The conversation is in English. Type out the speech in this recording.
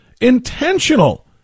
intentional